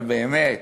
אבל באמת,